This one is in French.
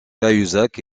cahuzac